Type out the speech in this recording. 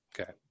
Okay